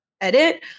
edit